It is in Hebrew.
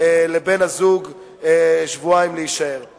לבן-הזוג להישאר שבועיים.